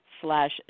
slash